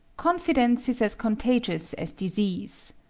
confidence is as contagious as disease.